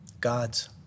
God's